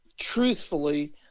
truthfully